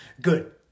Good